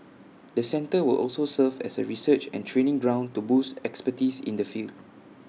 the centre will also serve as A research and training ground to boost expertise in the field